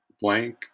blank